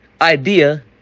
idea